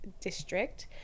district